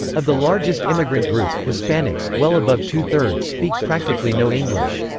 of the largest immigrant group, hispanics, well above two-thirds speak practically no english.